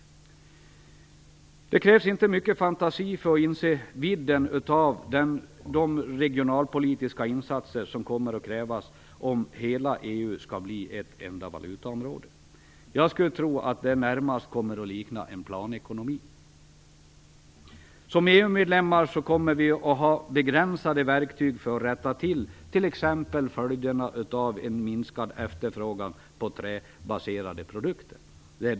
Det krävs inte mycket fantasi för att inse vidden av de regionalpolitiska insatser som kommer att krävas om hela EU skall bli ett enda valutaområde. Jag skulle tro att det närmast kommer att likna en planekonomi. Som EMU-medlemmar kommer vi att ha begränsade verktyg för att rätta till saker, t.ex. när det gäller följderna av en minskad efterfrågan på träbaserade produkter.